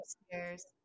upstairs